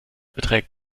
beträgt